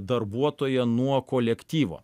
darbuotoją nuo kolektyvo